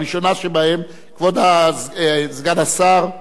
הראשונה שבהן, כבוד סגן השר,